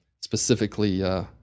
specifically